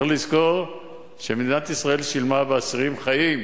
צריך לזכור שמדינת ישראל שילמה באסירים חיים